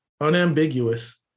unambiguous